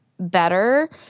better